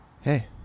Hey